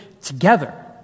together